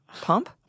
Pump